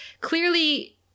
clearly